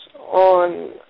on